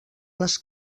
les